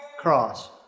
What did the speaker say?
cross